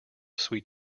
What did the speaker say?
sweet